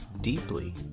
deeply